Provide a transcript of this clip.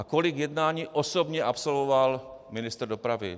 A kolik jednání osobně absolvoval ministr dopravy?